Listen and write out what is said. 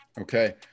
Okay